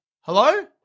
Hello